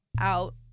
out